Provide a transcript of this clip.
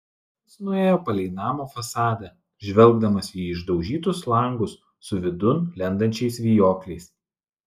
jis nuėjo palei namo fasadą žvelgdamas į išdaužytus langus su vidun lendančiais vijokliais